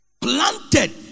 planted